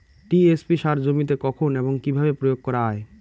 TSP সার জমিতে কখন এবং কিভাবে প্রয়োগ করা য়ায়?